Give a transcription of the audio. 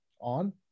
on